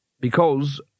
Because